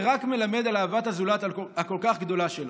זה רק מלמד על אהבת הזולת הכל-כך גדולה שלו.